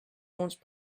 launch